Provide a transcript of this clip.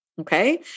Okay